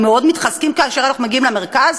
הם מאוד מתחזקים כאשר אנחנו מגיעים למרכז?